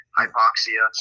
hypoxia